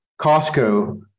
Costco